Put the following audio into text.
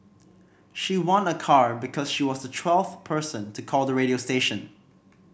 she won a car because she was the twelfth person to call the radio station